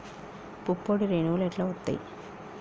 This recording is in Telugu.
పుప్పొడి రేణువులు ఎట్లా వత్తయ్?